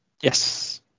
Yes